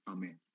Amen